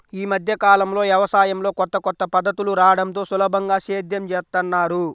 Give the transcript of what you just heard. యీ మద్దె కాలంలో యవసాయంలో కొత్త కొత్త పద్ధతులు రాడంతో సులభంగా సేద్యం జేత్తన్నారు